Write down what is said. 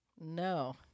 No